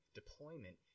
deployment